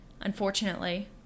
unfortunately